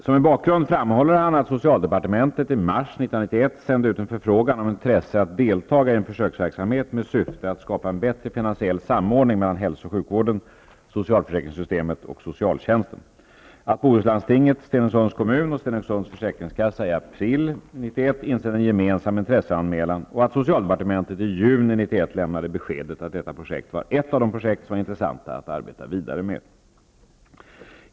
Som en bakgrund framhåller han att socialdepartementet i mars 1991 sände ut en förfrågan om intresse att delta i försöksverksamhet med syfte att skapa en bättre finansiell samordning mellan hälso och sjukvården, socialförsäkringssystemet och socialtjänsten, att Stenungsunds försäkringskassa i april 1991 insände en gemensam intresseanmälan och att socialdepartementet i juni 1991 lämnade beskedet att detta projekt var ett av de projekt som var intressanta att arbeta vidare med.